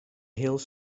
hills